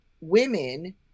women